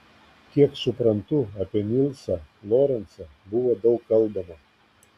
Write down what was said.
kiek suprantu apie nilsą lorencą buvo daug kalbama